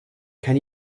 can